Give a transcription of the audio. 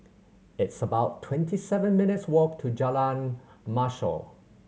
it's about twenty seven minutes' walk to Jalan Mashhor